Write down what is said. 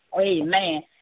Amen